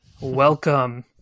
Welcome